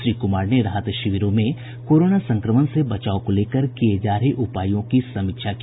श्री कुमार ने राहत शिविरों में कोरोना संक्रमण से बचाव को लेकर किये जा रहे उपायों की समीक्षा की